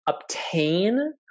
obtain